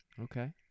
Okay